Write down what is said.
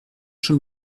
schon